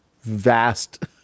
vast